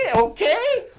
yeah okay?